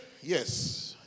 Yes